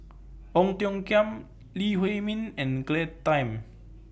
Ong Tiong Khiam Lee Huei Min and Claire Tham